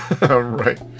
right